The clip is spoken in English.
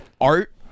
Art